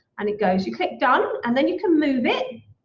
and it goes. you click done, and then you can move it.